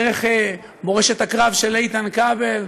דרך מורשת הקרב של איתן כבל,